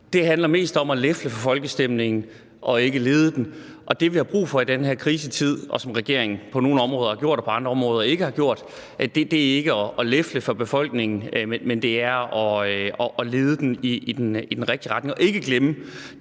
mest handler om at lefle for folkestemningen og ikke lede den, og det, vi har brug for i den her krisetid, og som regeringen på nogle områder har gjort og på andre områder ikke har gjort, er ikke at lefle for befolkningen, men det er at lede den i den rigtige retning og ikke glemme